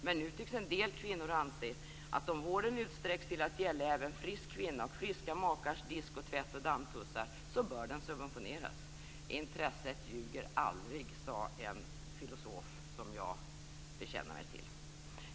Men nu tycks en del kvinnor anse att om vården utsträcks till att gälla även frisk kvinna och friska makars disk och tvätt och dammtussar så bör den subventioneras." Intresset ljuger aldrig, sade en filosof som jag bekänner mig till.